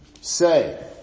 say